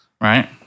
Right